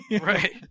Right